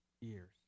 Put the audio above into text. years